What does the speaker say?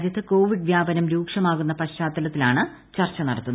രാജ്യത്ത് കോവിഡ് വ്യാപനം രൂക്ഷമാകുന്ന പശ്ചത്തലത്തിലാണ് ചർച്ച നടത്തുന്നത്